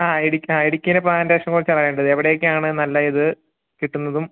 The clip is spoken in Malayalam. ആ എടുക് ആ ഇടുക്കിയിലെ പ്ലാൻറേഷനെ കുറിച്ച് അറിയാൻ വേണ്ടി ഇത് എവിടെയൊക്കെയാണ് നല്ല ഇത് കിട്ടുന്നതും